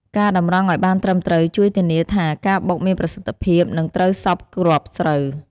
ការតម្រង់ឱ្យបានត្រឹមត្រូវជួយធានាថាការបុកមានប្រសិទ្ធភាព និងត្រូវសព្វគ្រាប់ស្រូវ។